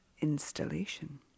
installation